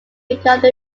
become